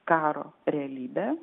karo realybę